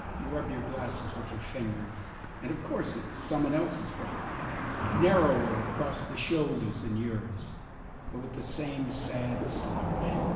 you rub your glasses with your fingers and of course it's someone else's brother narrower across the shoulders than yours but with the same sad slouch,